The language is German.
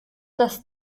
dass